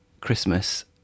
Christmas